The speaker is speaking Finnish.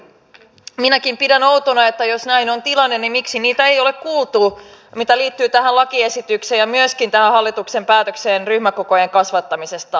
minäkin pidän outona että jos näin on tilanne niin miksi heitä ei ole kuultu mitä tulee tähän lakiesitykseen ja myöskin tähän hallituksen päätökseen ryhmäkokojen kasvattamisesta